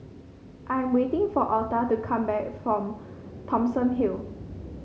I am waiting for Alta to come back from Thomson Hill